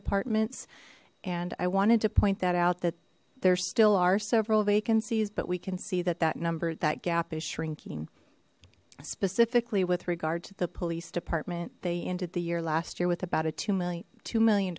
departments and i wanted to point that out that there still are several vacancies but we can see that that number that gap is shrinking specifically with regard to the police department they ended the year last year with about a two million two million